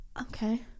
okay